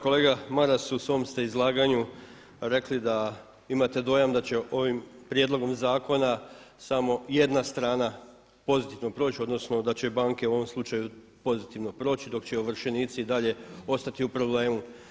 Kolega Maras u svom ste izlaganju rekli da imate dojam da će ovim prijedlogom zakona samo jedna strana pozitivno proć odnosno da će banke u ovom slučaju pozitivno proći dok će ovršenici i dalje ostati u problemu.